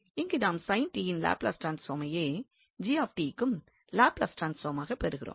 இங்கு நாம் sin t யின் லாப்லஸ் ட்ரான்ஸ்பார்மையே g க்கும் லாப்லஸ் ட்ரான்ஸ்பார்மாக பெறுகிறோம்